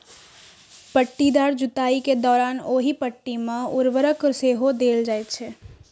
पट्टीदार जुताइ के दौरान ओहि पट्टी मे उर्वरक सेहो देल जाइ छै